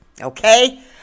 okay